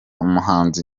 umuhanzi